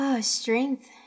strength